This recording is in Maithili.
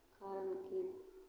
कारण की